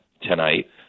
tonight